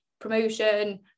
promotion